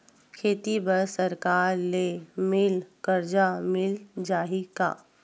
खेती बर सरकार ले मिल कर्जा मिल जाहि का?